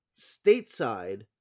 stateside